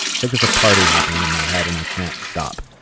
it's like there's a party happening in my head and i can't stop.